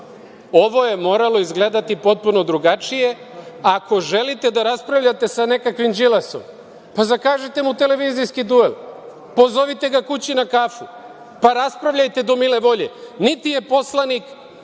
Ovo je moralo izgledati potpuno drugačije. Ako želite da raspravljate sa nekakvim Đilasom, pa zakažite mu televizijski duel, pozovite ga kući na kafu, pa raspravljajte do mile volje. Niti je poslanik,